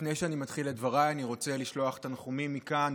לפני שאני מתחיל את דבריי אני רוצה לשלוח תנחומים מכאן,